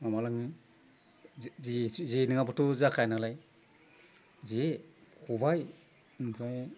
माबा लाङो जे नङाब्लाथ' जाखायानालाय जे खबाइ ओमफ्राय